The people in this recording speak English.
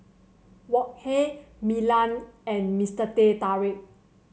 Wok Hey Milan and Mister Teh Tarik